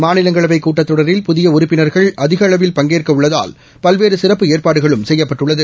மாநிலங்களவை கூட்டத் தொடரில் புதிய உறுப்பினர்கள் அதிகளவில் பங்கேற்க பல்வேறு சிறப்பு உள்ளதால் ஏற்பாடுகளும் செய்யப்பட்டுள்ளது